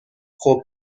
خوب